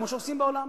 כמו שעושים בעולם.